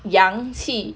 阳气